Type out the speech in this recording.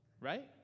right